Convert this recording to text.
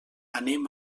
anem